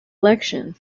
election